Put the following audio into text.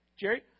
Jerry